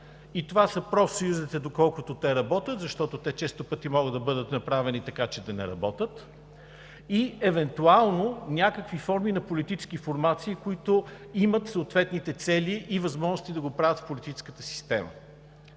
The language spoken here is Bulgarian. Това са профсъюзите, доколкото те работят, защото често пъти могат да бъдат направени така, че да не работят, и евентуално някакви форми на политически формации, които имат съответните цели и възможности да го правят в политическата система.